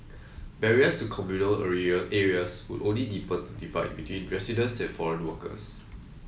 barriers to communal area areas would only deepen the divide between residents and foreign workers